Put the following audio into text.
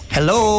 Hello